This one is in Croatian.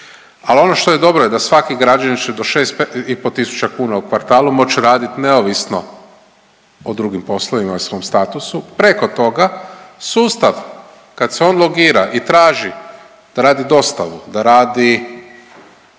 Ali, ono što je dobro da svaki građanin do 65,5 tisuća u kvartalu moći raditi neovisno o drugim poslovima i svom statusu. Preko toga sustav kad se on logira i traži da radi dostavu, da radi